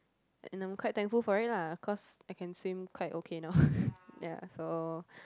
and I'm quite thankful for it lah cause I can swim quite okay now ya so